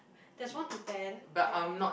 there's one to ten there